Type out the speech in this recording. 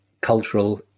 cultural